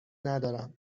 ندارم